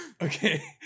okay